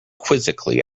quizzically